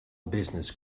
business